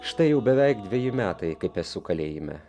štai jau beveik dveji metai kaip esu kalėjime